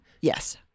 Yes